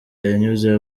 yanyuze